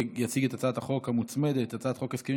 יציג את הצעת החוק המוצמדת: הצעת חוק הסכמים